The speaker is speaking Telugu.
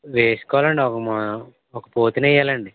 వేస్కోవాలండి ఒక ఒక పోతుని ఏయ్యాలండి